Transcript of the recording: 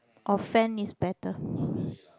or fan is better